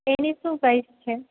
એની શું પ્રાઇઝ છે